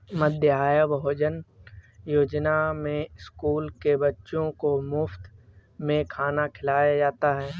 मध्याह्न भोजन योजना में स्कूल के बच्चों को मुफत में खाना खिलाया जाता है